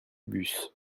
bus